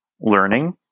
learning